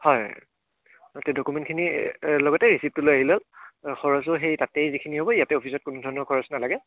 হয় ডকুমেণ্টখিনিৰ লগতে ৰিচিপ্টটো লৈ আহিলেও খৰচো সেই তাতেই যিখিনি হ'ব ইয়াতে অফিচত কোনোধৰণৰ খৰচ নালাগে